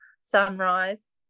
sunrise